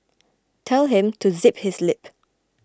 tell him to zip his lip